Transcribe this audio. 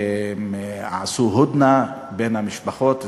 והם עשו "הודנה" בין המשפחות.